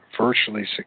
virtually